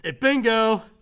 Bingo